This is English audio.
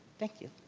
thank you.